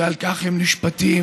ועל כך הם נשפטים,